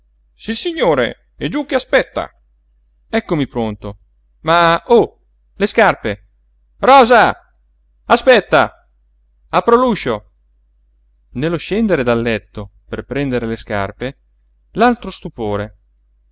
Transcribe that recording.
carrozza sissignore è giú che aspetta eccomi pronto ma oh le scarpe rosa aspetta apro l'uscio nello scendere dal letto per prendere le scarpe altro stupore